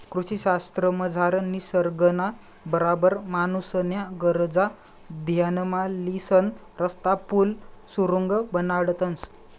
कृषी शास्त्रमझार निसर्गना बराबर माणूसन्या गरजा ध्यानमा लिसन रस्ता, पुल, सुरुंग बनाडतंस